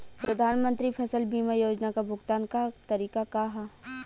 प्रधानमंत्री फसल बीमा योजना क भुगतान क तरीकाका ह?